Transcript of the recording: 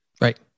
Right